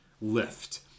lift